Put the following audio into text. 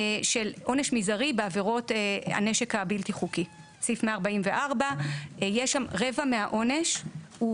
של עונש מזערי בעבירות הנשק הבלתי חוקי סעיף 144. רבע מהעונש הוא